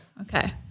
Okay